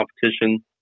competition